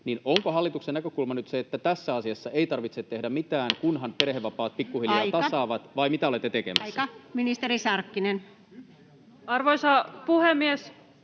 hallituksen näkökulma nyt se, että tässä asiassa ei tarvitse tehdä mitään, kunhan perhevapaat pikkuhiljaa [Puhemies: Aika!] tasaavat, vai mitä olette tekemässä? Ministeri Sarkkinen. Arvoisa puhemies!